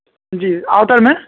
جی outer میں